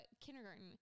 kindergarten